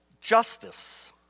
justice